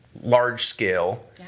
large-scale